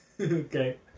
Okay